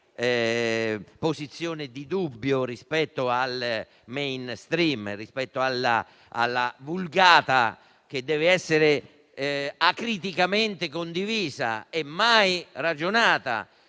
posizione di dubbio rispetto al *mainstream* o alla vulgata, che deve essere acriticamente condivisa e mai ragionata